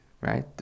right